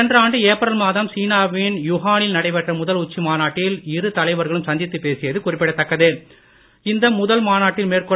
சென்ற ஆண்டு ஏப்ரல் மாதம் சீனாவின் யுஹானில் நடைபெற்ற முதல் உச்சி மாநாட்டில் இரு தலைவர்களும் சந்தித்து பேசியது குறிப்பிடத் முதல் மாநாட்டில் தக்கது